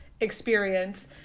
experience